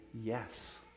yes